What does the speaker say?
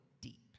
deep